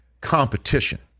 competition